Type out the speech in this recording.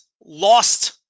lost